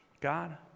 God